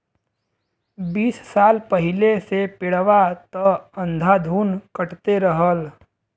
बीस साल पहिले से पेड़वा त अंधाधुन कटते रहल